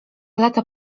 lata